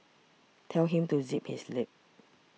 tell him to zip his lip